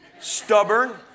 stubborn